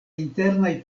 internaj